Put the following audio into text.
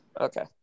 Okay